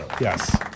Yes